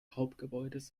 hauptgebäudes